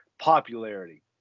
popularity